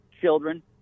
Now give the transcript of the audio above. children